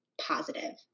positive